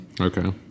Okay